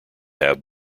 have